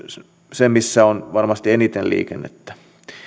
se missä on varmasti eniten liikennettä